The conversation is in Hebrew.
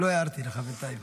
לא הערתי לך בינתיים.